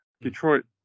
Detroit